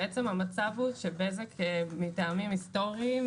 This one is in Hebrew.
המצב הוא שבזק מטעמים היסטוריים,